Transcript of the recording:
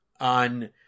on